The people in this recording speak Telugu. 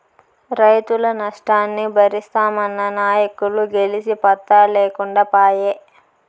రైతుల నష్టాన్ని బరిస్తామన్న నాయకులు గెలిసి పత్తా లేకుండా పాయే